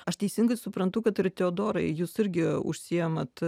aš teisingai suprantu kad ir teodorai jūs irgi užsiimat